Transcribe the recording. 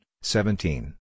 seventeen